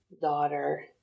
daughter